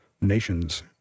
nation's